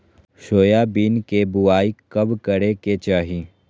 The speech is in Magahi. सोयाबीन के बुआई कब करे के चाहि?